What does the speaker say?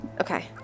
Okay